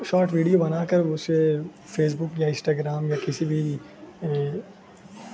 short video بنا کر اسے فیس بک یا انسٹا گرام یا کسی بھی